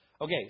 Okay